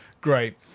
Great